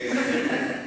אני מחכה.